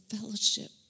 fellowship